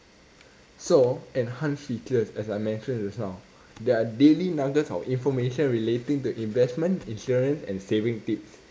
so enhanced features as I mentioned just now there are daily nuggets of information relating to investment insurance and saving tips